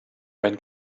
when